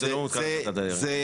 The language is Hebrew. זה לא מותקן על דעת הדיירים,